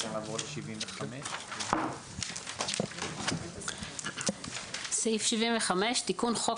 אפשר לעבור לסעיף 75. 75.תיקון חוק